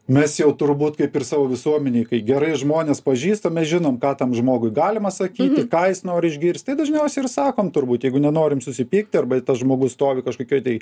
mes jau turbūt kaip ir savo visuomenėj kai gerai žmones pažįstam mes žinom ką tam žmogui galima sakyti ką jis nori išgirsti tai dažniausiai ir sakom turbūt jeigu nenorim susipykti arba tas žmogus stovi kažkokioj tai